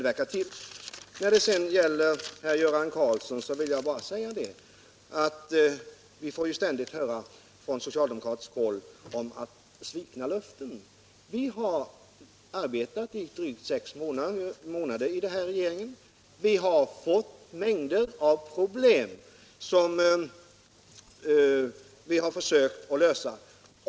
Från socialdemokratiskt håll talas det ständigt, herr Göran Karlsson, om svikna löften. Vi har arbetat i drygt sex månader i regeringsställning. Vi har fått mängder av problem som vi har försökt lösa.